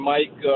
Mike